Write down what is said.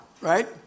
right